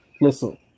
Listen